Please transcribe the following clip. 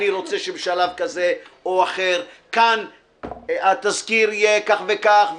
אני רוצה שבשלב כזה או אחר התסקיר יהיה כך וכך,